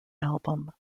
album